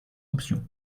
options